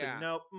no